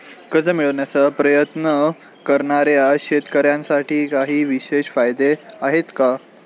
कर्ज मिळवण्याचा प्रयत्न करणाऱ्या शेतकऱ्यांसाठी काही विशेष फायदे आहेत का?